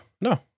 no